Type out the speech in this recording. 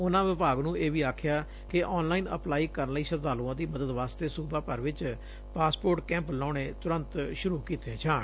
ਉਨਾਂ ਵਿਭਾਗ ਨੂੰ ਇਹ ਵੀ ਆਖਿਆ ਕਿ ਆਨਲਾਈਨ ਅਪਲਾਈ ਕਰਨ ਲਈ ਸ਼ਰਧਾਲੁਆਂ ਦੀ ਮਦਦ ਵਾਸਤੇ ਸੁਬਾ ਭਰ ਵਿੱਚ ਪਾਸਪੋਰਟ ਕੈਂਪ ਲਾਉਣੇ ਤੁਰੰਤ ਸ਼ੁਰੁ ਕੀਤੇ ਜਾਣ